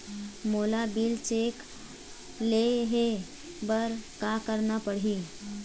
मोला bill check ले हे बर का करना पड़ही ही?